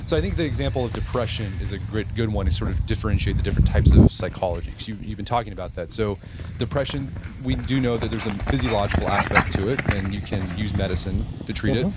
so i think the example of depression is a good good one to sort of differentiate the different types of psychologies, cause you've you've been talking about that. so depression, we do know that there's a physiological aspect to it and you can use medicine to treat it.